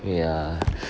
wait ah